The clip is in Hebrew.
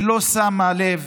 שלא שמה לב,